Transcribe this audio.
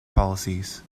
policies